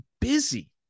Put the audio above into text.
busy